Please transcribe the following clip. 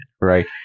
right